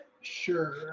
Sure